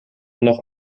noch